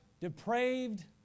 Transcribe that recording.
depraved